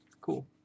Cool